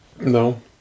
No